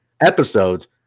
episodes